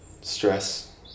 stress